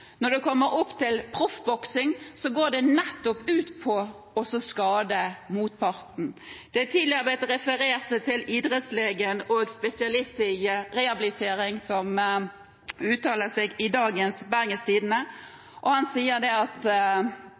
Når det kommer til proffboksing, går det nettopp ut på å skade motparten. Det er tidligere blitt referert til en idrettslege og spesialist i rehabilitering, som uttaler seg i dagens Bergens Tidende, og han sier at proffboksing er å sammenlikne med hjerneknusing. Det